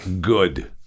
Good